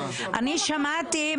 אני שמעתי,